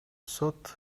сот